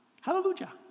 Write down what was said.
hallelujah